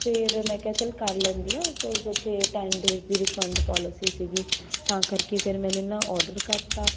ਫਿਰ ਮੈਂ ਕਿਹਾ ਚੱਲ ਕਰ ਲੈਂਦੀ ਹਾਂ ਬਿਕੋਸ ਉੱਥੇ ਟੈੱਨ ਡੇਜ਼ ਦੀ ਰਿਫੰਡ ਪੋਲਿਸੀ ਸੀਗੀ ਤਾਂ ਕਰਕੇ ਫਿਰ ਮੈਨੇ ਨਾ ਔਡਰ ਕਰਤਾ